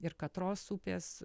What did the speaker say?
ir katros upės